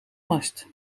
mast